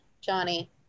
Johnny